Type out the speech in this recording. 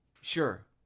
sure